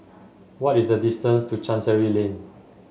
what is the distance to Chancery Lane